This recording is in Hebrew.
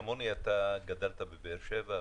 כמוני אתה גדלת בבאר שבע,